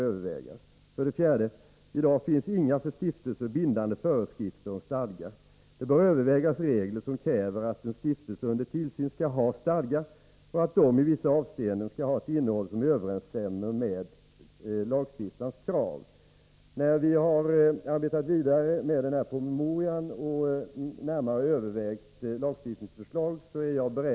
Hädanefter blir tydligen frågan om lagstiftning om stiftelser helt och hållet en inomdepartemental angelägenhet.